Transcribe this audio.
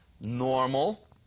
normal